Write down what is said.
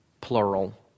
plural